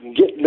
get